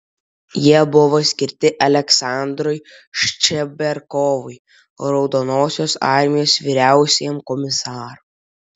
jie buvo skirti aleksandrui ščerbakovui raudonosios armijos vyriausiajam komisarui